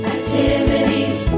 Activities